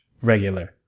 regular